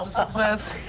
ah success.